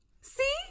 See